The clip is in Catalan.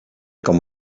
com